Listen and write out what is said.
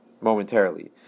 momentarily